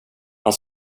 han